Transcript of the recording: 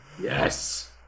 yes